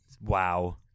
Wow